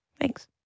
Thanks